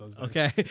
Okay